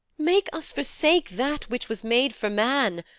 makes us forsake that which was made for man,